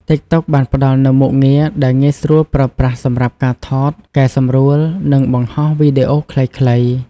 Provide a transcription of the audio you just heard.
តិកតុកបានផ្ដល់នូវមុខងារដែលងាយស្រួលប្រើប្រាស់សម្រាប់ការថត កែសម្រួល និងបង្ហោះវីដេអូខ្លីៗ។